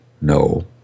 No